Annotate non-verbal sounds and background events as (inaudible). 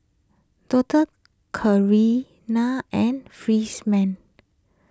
Doctor Carina and (unintelligible)